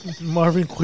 Marvin